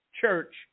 Church